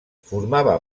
formava